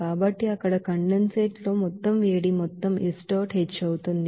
కాబట్టి అక్కడ కండెన్సేట్ తో మొత్తం వేడిమి మొత్తం S dot h అవుతుంది